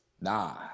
nah